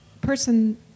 person